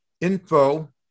info